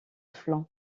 flanc